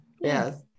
Yes